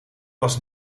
was